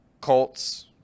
Colts